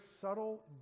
subtle